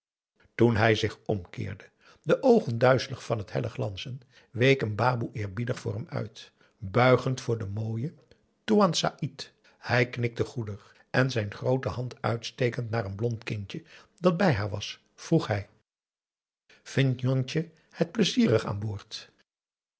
toen hij zich omkeerde de oogen duizelig van het helle glanzen week een baboe eerbiedig voor hem uit buigend voor den mooien toean saïd hij knikte goedig en zijn groote hand uitstekend naar een blond kindje dat bij haar was vroeg hij vindt njotje het pleizierig aan boord